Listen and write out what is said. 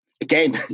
Again